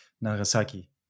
Nagasaki